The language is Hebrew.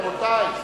רבותי,